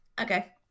Okay